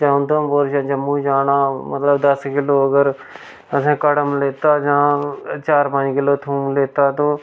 जां उधमपुर जां जम्मू जाना मतलब दस किलो अगर असें कड़म लेता जां चार पंज किलो थोम लेता तो